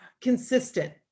consistent